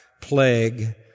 Plague